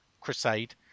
crusade